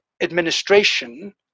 administration